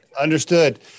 Understood